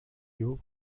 you